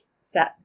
set